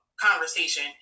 conversation